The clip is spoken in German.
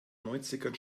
neunzigern